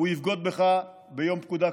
הוא יבגוד בך ביום פקודה,